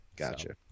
Gotcha